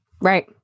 Right